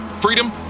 Freedom